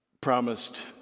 promised